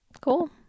Cool